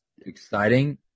exciting